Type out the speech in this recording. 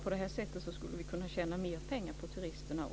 På detta sätt skulle vi kunna tjäna mer pengar på turisterna.